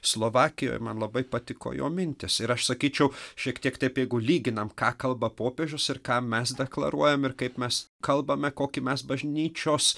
slovakijoj man labai patiko jo mintys ir aš sakyčiau šiek tiek taip jeigu lyginam ką kalba popiežius ir ką mes deklaruojam ir kaip mes kalbame kokį mes bažnyčios